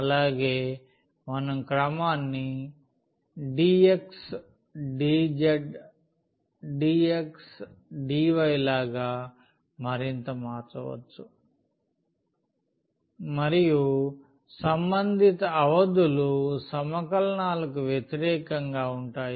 అలాగే మనం క్రమాన్ని dx dz dx dyలాగా మరింత మార్చవచ్చు మరియు సంబంధిత అవధులు సమకలనాలకు వ్యతిరేకంగా ఉంటాయి